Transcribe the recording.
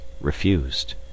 Refused